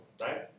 right